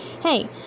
Hey